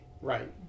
Right